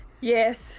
Yes